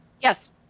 Yes